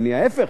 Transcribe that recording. ההיפך,